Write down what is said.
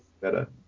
better